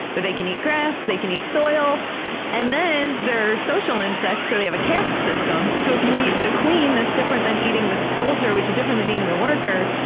but they can eat grass, they can eat soil and then they're social insects, so they have a caste system, so if you eat the queen, that's different than eating the soldier, which is different than eating the worker.